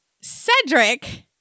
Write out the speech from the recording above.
Cedric